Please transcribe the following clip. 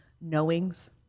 knowings